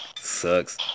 Sucks